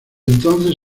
entonces